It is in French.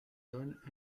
donnent